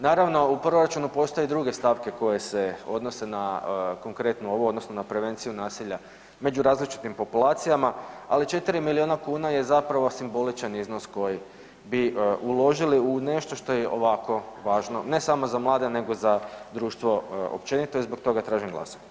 Naravno u proračunu postoje druge stavke koje se odnose na konkretno ovo odnosno na prevenciju nasilja među različitim populacijama, ali četiri milijuna kuna je simboličan iznos koji bi uložili u nešto što je ovako važno, ne samo za mlade nego za društvo općenito i zbog toga tražim glasanje.